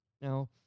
Now